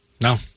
No